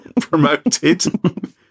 promoted